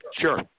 Sure